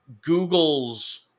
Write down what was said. Google's